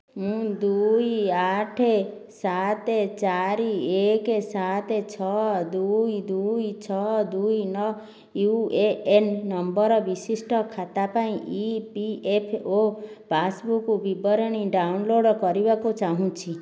ମୁଁ ଦୁଇ ଆଠ ସାତ ଚାରି ଏକ ସାତ ଛଅ ଦୁଇ ଦୁଇ ଛଅ ଦୁଇ ନଅ ୟୁ ଏ ଏନ୍ ନମ୍ବର ବିଶିଷ୍ଟ ଖାତା ପାଇଁ E P F O passbook ବିବରଣୀ ଡାଉନଲୋଡ଼୍ କରିବାକୁ ଚାହୁଁଛି